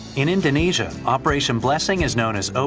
in indonesia operation blessing is known as